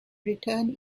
return